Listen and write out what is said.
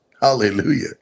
Hallelujah